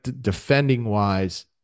defending-wise